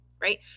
right